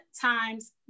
times